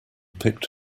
picked